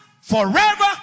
forever